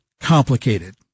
complicated